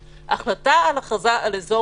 הסעיף אומר כך: "החלטה על הכרזה על אזור